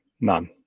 none